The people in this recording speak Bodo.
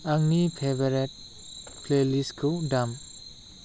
आंनि फेभारेट प्लेलिस्टखौ दाम